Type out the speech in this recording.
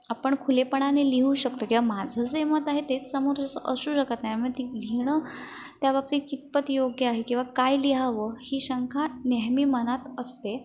आपण खुलेपणाने लिहू शकतो किंवा माझं जे मत आहे तेच समोरच्याचं असू शकत नाही मग ती लिहिणं त्याबाबतीत कितपत योग्य आहे किंवा काय लिहावं ही शंका नेहमी मनात असते